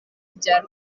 bya